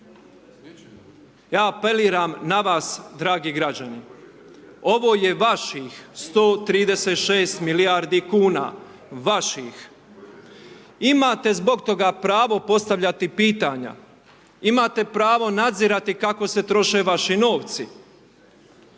Ja apeliram na vas dragi građani, ovo je vaših 136 milijardi kuna, vaših. Imate zbog toga pravo postavljati pitanja, imate pravo nadzirati kako se troše vaši novci.